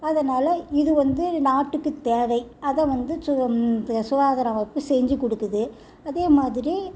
அதனால் இது வந்து நாட்டுக்கு தேவை அதை வந்து சோ சுகாதார அமைப்பு செஞ்சு கொடுக்குது அதே மாதிரி